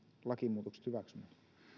lakimuutokset hyväksymään